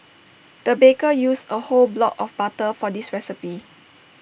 the baker used A whole block of butter for this recipe